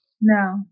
No